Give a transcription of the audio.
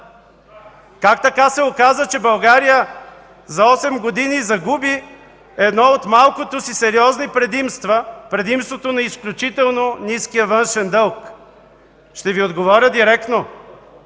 Как така се оказа, че България за осем години загуби едно от малкото си сериозни предимства – предимството на изключително ниския външен дълг? Ще Ви отговоря директно